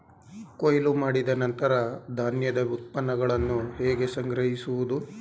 ಕೊಯ್ಲು ಮಾಡಿದ ನಂತರ ಧಾನ್ಯದ ಉತ್ಪನ್ನಗಳನ್ನು ಹೇಗೆ ಸಂಗ್ರಹಿಸುವುದು?